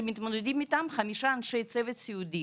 שמתמודדים איתם חמישה אנשי צוות סיעודיים,